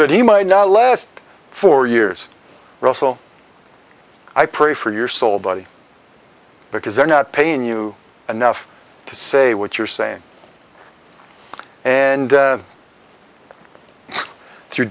but he might not last for years russell i pray for your soul buddy because they're not paying you enough to say what you're saying and through